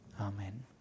Amen